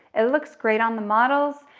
it looks great on the models,